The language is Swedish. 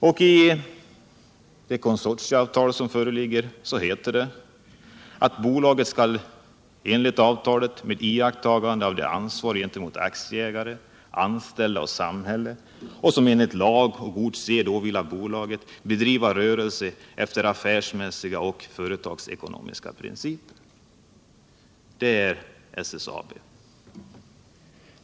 I avtalet sägs enligt propositionen, s. 25: ”Bolaget skall enligt konsortieavtalet med iakttagande av det ansvar gentemot aktieägare, anställda och samhälle, som enligt lag och god sed åvilar bolaget, bedriva rörelse efter affärsmässiga och företagsekonomiska principer.” Detta är SSAB.